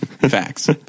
facts